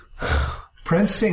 Prince